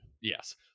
Yes